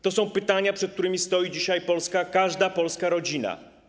To są pytania, przed którymi stoi dzisiaj każda polska rodzina.